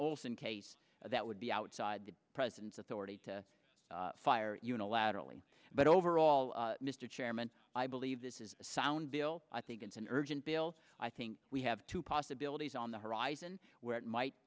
olson case that would be outside the president's authority to fire unilaterally but overall mr chairman i believe this is a sound bill i think it's an urgent bill i think we have two possibilities on the horizon where it might